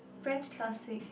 French classic